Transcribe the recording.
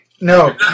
No